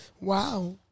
Wow